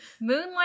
Moonlight